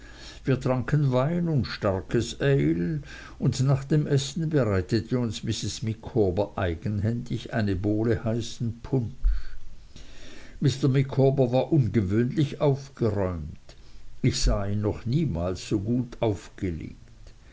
wir tranken wein und starkes ale und nach dem essen bereitete uns mrs micawber eigenhändig eine bowle heißen punsch mr micawber war ungewöhnlich aufgeräumt ich sah ihn noch niemals so gut aufgelegt